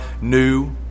new